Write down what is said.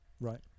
right